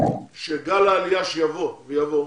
שגל העלייה שיבוא, ויבוא,